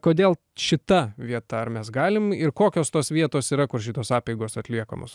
kodėl šita vieta ar mes galim ir kokios tos vietos yra kur šitos apeigos atliekamos